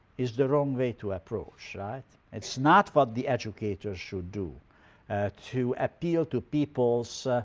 is the wrong way to approach. right? it's not what the educators should do to appeal to people's